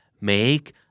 Make